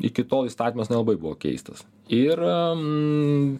iki tol įstatymas nelabai buvo keistas ir